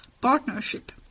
partnership